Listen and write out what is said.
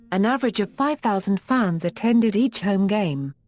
an average of five thousand fans attended each home game.